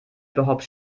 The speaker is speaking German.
überhaupt